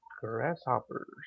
grasshoppers